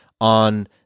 on